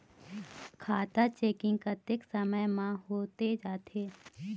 खाता चेकिंग कतेक समय म होथे जाथे?